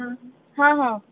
ह्म्म हा हा